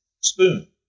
spoon